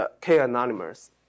k-anonymous